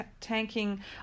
tanking